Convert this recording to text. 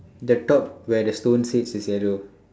the top where the stone sits is yellow